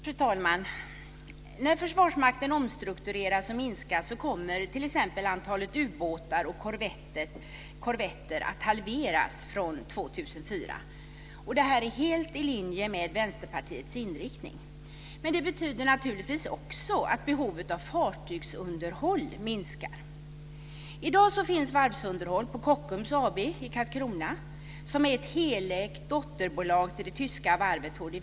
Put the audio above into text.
Fru talman! När Försvarsmakten omstruktureras och minskas kommer t.ex. antalet ubåtar och korvetter att halveras från 2004. Det här är helt i linje med Vänsterpartiets inriktning. Det betyder naturligtvis också att behovet av fartygsunderhåll minskar. I dag finns varvsunderhåll på Kockums AB i Karlskrona som är ett helägt dotterbolag till det tyska varvet HDW.